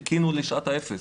חיכינו לשעת האפס,